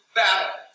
battle